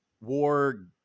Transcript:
war